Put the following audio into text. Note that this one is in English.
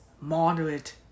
moderate